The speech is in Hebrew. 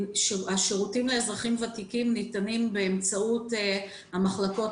השירותים לאזרחים ותיקים ניתנים באמצעות המחלקות